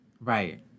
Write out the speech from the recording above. Right